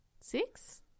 Six